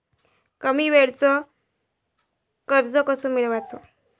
कमी वेळचं कर्ज कस मिळवाचं?